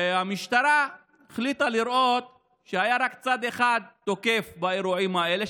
המשטרה החליטה לראות שהיה רק צד אחד תוקף באירועים האלה,